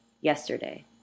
yesterday